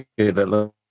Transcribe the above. okay